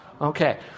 Okay